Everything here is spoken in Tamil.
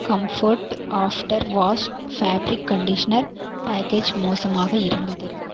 comfort after wash fabric conditioner package மோசமாக இருந்தது